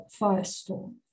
Firestorm